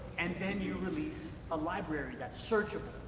and then you release a library that's searchable.